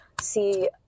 see